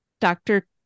Dr